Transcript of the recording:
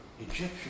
Egyptian